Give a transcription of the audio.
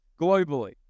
globally